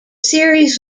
series